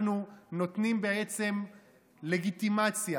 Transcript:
אנחנו נותנים בעצם לגיטימציה,